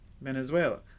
Venezuela